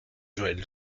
joël